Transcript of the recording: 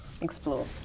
explore